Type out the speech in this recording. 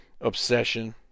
obsession